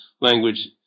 language